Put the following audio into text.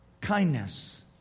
kindness